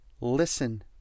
listen